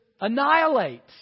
annihilate